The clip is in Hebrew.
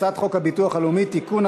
הצעת חוק הביטוח הלאומי (תיקון,